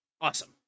awesome